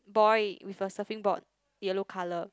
boy with a surfing board yellow color